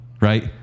Right